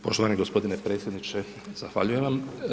Poštovani gospodine predsjedniče, zahvaljujem vam.